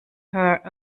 her